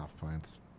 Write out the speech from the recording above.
points